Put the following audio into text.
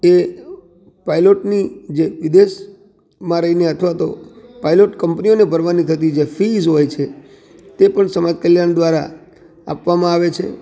એ પાયલોટની જે વિદેશમાં રહીને અથવા તો પાયલોટ કંપનીઓને થતી જે ફીઝ હોય છે તે પણ સમાજ કલ્યાણ દ્વારા આપવામાં આવે છે